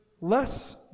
less